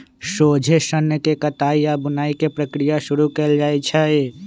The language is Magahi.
सोझे सन्न के कताई आऽ बुनाई के प्रक्रिया शुरू कएल जाइ छइ